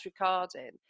recording